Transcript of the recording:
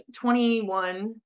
21